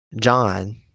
John